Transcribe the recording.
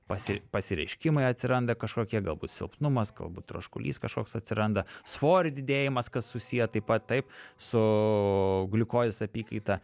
pasi pasireiškimai atsiranda kažkokie galbūt silpnumas galbūt troškulys kažkoks atsiranda svorio didėjimas kas susiję taip pat taip su gliukozės apykaita